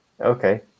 Okay